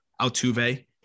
Altuve